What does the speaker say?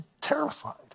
terrified